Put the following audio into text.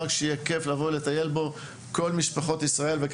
שיהיה כיף לכל משפחות ישראל לבוא ולטייל בו,